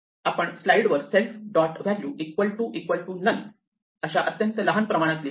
आपण स्लाईडवर self dot value equal to equal to none अशा अत्यंत लहान प्रमाणात लिहिले आहे